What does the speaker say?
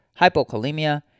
hypokalemia